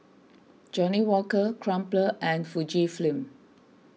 Johnnie Walker Crumpler and Fujifilm